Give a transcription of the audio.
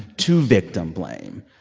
to victim blame,